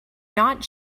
not